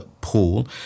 Pool